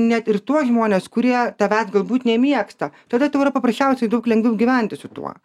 net ir tuos žmones kurie tavęs galbūt nemėgsta tada tau yra paprasčiausiai daug lengviau gyventi su tuo